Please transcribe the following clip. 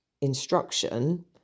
instruction